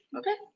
okay?